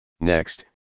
Next